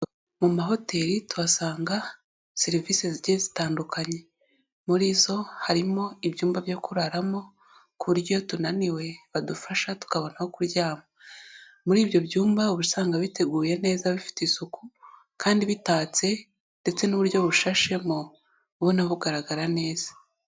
Mu mahoteli tuhasanga serivisi zigiye zitandukanye, muri zo harimo ibyumba byo kuraramo ku buryo iyo tunaniwe badufasha tukabona aho kuryama. Muri ibyo byumba usanga biteguye neza bifite isuku, kandi bitatse ndetse n'uburyo bushashemo ubona bugaragara neza.